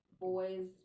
boys